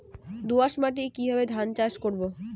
দোয়াস মাটি কিভাবে ধান চাষ করব?